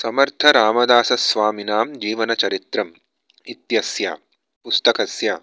समर्थरामदासस्वामिनां जीवनचरित्रम् इत्यस्य पुस्तकस्य